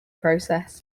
process